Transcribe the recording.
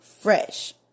fresh